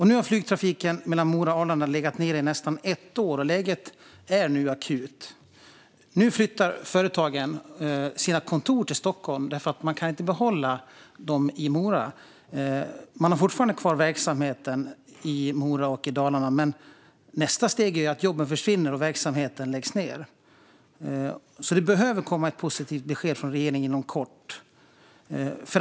Nu har flygtrafiken mellan Mora och Arlanda legat nere i nästan ett år, och läget är akut. Nu flyttar företagen sina kontor till Stockholm eftersom man inte kan behålla dem i Mora. Man har fortfarande kvar verksamheten i Mora och i Dalarna, men nästa steg är ju att jobben försvinner och verksamheten läggs ned. Det behöver komma ett positivt besked från regeringen inom kort.